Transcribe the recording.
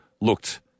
looked